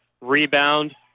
Rebound